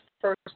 first